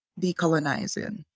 decolonizing